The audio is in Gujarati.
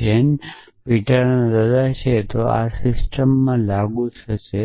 જેન પીટરના દાદા છે તો આ સિસ્ટમ લાગુ થશે